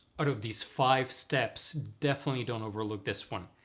out of these five steps definitely don't overlook this one.